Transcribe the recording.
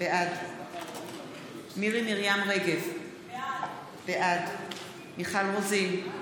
בעד מירי מרים רגב, בעד מיכל רוזין,